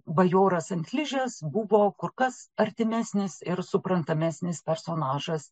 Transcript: bajoras ant ližės buvo kur kas artimesnis ir suprantamesnis personažas